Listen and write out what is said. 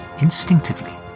instinctively